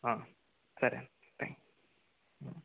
ఆ సరే అండి బై